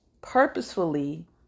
purposefully